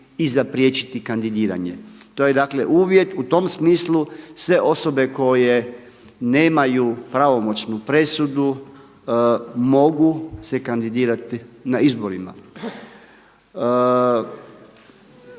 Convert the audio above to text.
i zapriječiti kandidiranje. To je, dakle, uvjet, u tom smislu se osobe koje nemaju pravomoćnu presudu mogu se kandidirati na izborima.